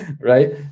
right